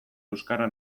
euskara